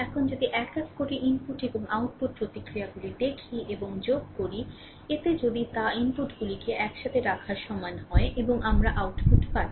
এখন যদি এক এক করে ইনপুট এবং আউটপুট প্রতিক্রিয়াগুলি দেখি এবং যোগ করি এতে যদি তা ইনপুটগুলিকে একসাথে রাখার সমান হয় এবং আমরা আউটপুট পাই